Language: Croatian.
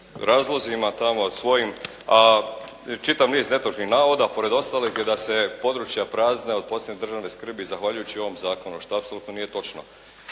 razlozima tamo svojim. A čitav niz netočnih navoda, pored ostalih je da se područja prazne od posebne državne skrbi zahvaljujući ovom zakonu što apsolutno nije točno.